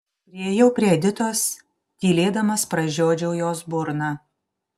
priėjau prie editos tylėdamas pražiodžiau jos burną